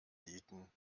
nieten